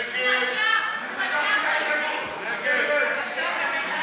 הוא משך את ההסתייגות.